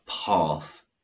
path